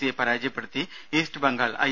സിയെ പരാജയപ്പെടുത്തി East Bengal I